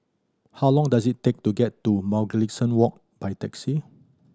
how long does it take to get to Mugliston Walk by taxi